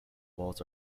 balls